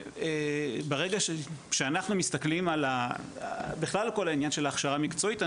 ברגע שאנחנו מסתכלים על ה- בכלל כל העניין של ההכשרה המקצועית,